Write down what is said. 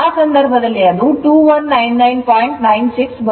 ಆದ್ದರಿಂದ ಆ ಸಂದರ್ಭದಲ್ಲಿ ಅದು 2199